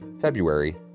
February